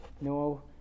No